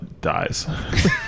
dies